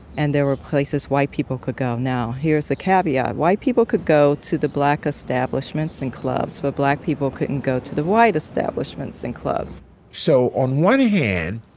and there were places white people could go. now, here's the caveat. white people could go to the black establishments and clubs, black people couldn't go to the white establishments and clubs so on one hand,